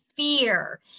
fear